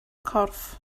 corff